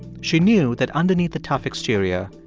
she knew that underneath the tough exterior,